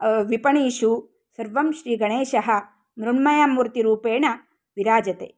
विपणीषु सर्वं श्रीगणेशः मृण्मयमूर्तिरुपेण विराजते